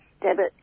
debit